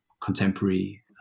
contemporary